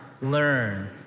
learn